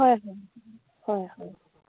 হয় হয় হয় হয়